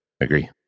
agree